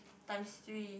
times three